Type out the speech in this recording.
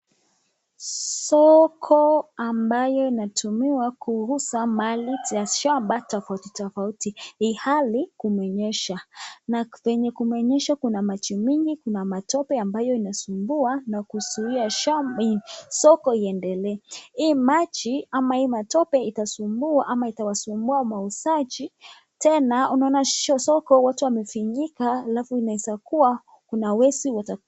Soko ambayo inatumiwa kuuza mali za shamba tafautitofauti ilhali kumenyesha, na penye kumenyesha kuna maji mingi, kuna matope ambayo inasumbua na kuzuia soko iendelee. Hii maji ama hii matope itasumbua ama itawasumbua wauzaji tena inaonyesa soko wote wamefinyika tena inaeza kuwa kuna wezi